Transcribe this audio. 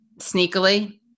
sneakily